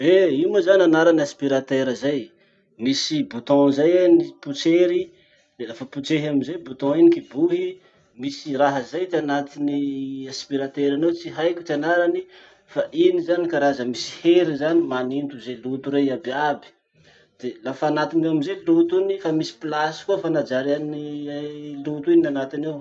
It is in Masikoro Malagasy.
Eh io moa zany anarany aspirateur zay. Misy bouton zay eny potsery, le lafa potsehy amizay bouton iny, kibohy, misy raha zay ty anatin'ny aspirateur iny ao, tsy haiko ty anarany, fa iny zany karazany misy hery zany maninto ze loto rey iaby iaby de lafa anatiny ao amizay loto iny, fa misy place koa fanajariany loto iny anatiny ao.